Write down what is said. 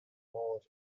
more